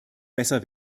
besser